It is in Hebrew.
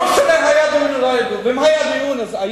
לא משנה אם היה דיון או לא היה דיון.